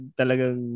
talagang